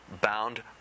bound